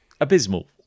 abysmal